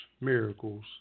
miracles